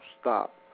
stop